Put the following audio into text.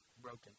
broken